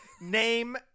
Name